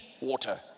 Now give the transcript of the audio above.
water